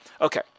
Okay